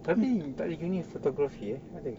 tapi tak ada uni photography eh ada ke